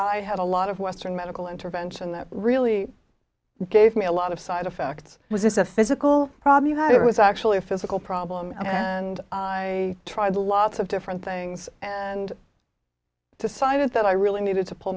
i had a lot of western medical intervention that really gave me a lot of side effects was a physical problem you had it was actually a physical problem and i tried lots of different things and decided that i really needed to pull